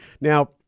Now